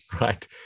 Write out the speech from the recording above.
right